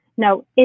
No